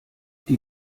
die